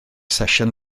sesiwn